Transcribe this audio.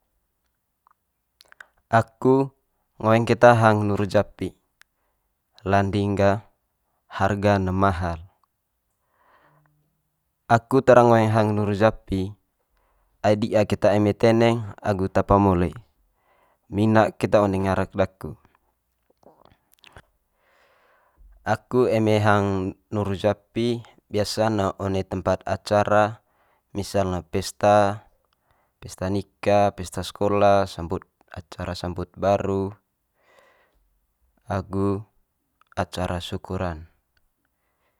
aku ngoeng keta hang nuru japi, landing gah harga'n ne mahal. Aku tara ngoeng hang nuru japi ai di'a keta eme teneng agu tapa mole minak keta one ngarek daku. Aku eme hang nuru japi biasa'n ne one tempat acara misal ne pesta, pesta nika, pesta sekola, sambut acara sambut baru agu acara syukuran.